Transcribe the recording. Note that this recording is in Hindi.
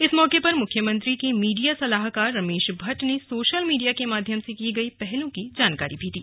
इस मौके पर मुख्यमंत्री के मीडिया सलाहकार रमेश भट्ट ने सोशल मीडिया के माध्यम से की गई पहलों की जानकारी दी